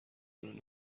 بدون